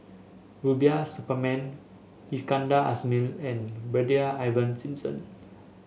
Rubiah Suparman Iskandar Ismail and Brigadier Ivan Simson